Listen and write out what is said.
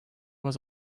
was